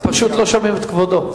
פשוט לא שומעים את כבודו.